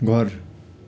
घर